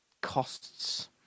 costs